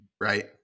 right